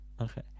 okay